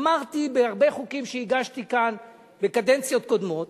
אמרתי בהרבה חוקים שהגשתי כאן בקדנציות קודמות: